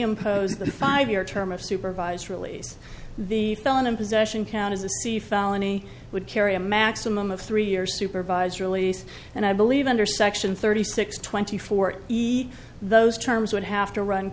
impose the five year term of supervised release the felon in possession count as a c felony would carry a maximum of three years supervised release and i believe under section thirty six twenty four eat those terms would have to run